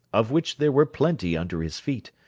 of which there were plenty under his feet,